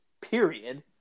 period